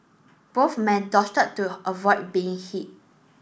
both men to avoid being hit